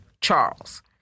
Charles